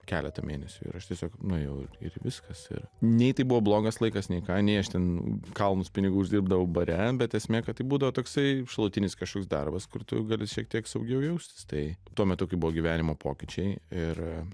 keletą mėnesių ir aš tiesiog nuėjau ir ir viskas ir nei tai buvo blogas laikas nei ką nei aš ten kalnus pinigų uždirbdavau bare bet esmė kad tai būdavo toksai šalutinis kažkoks darbas kur tu gali šiek tiek saugiau jaustis tai tuo metu kai buvo gyvenimo pokyčiai ir